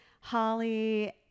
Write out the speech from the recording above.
Holly